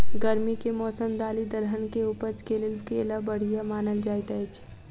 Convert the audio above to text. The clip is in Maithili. गर्मी केँ मौसम दालि दलहन केँ उपज केँ लेल केल बढ़िया मानल जाइत अछि?